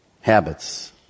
habits